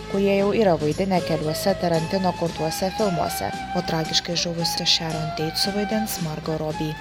kurie jau yra vaidinę keliuose tarantino kurtuose filmuose o tragiškai žuvusią šaron teit suvaidins margo robi